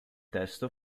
testo